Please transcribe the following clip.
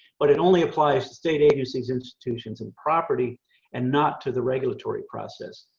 but it only applies to state agency institutions and property and not to the regulatory process.